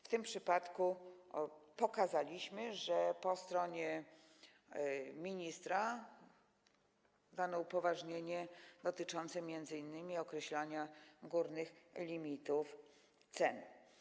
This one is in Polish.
W tym przypadku pokazaliśmy, że po stronie ministra jest dane upoważnienie, dotyczące m.in. określania górnych limitów cen.